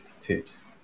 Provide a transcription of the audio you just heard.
tips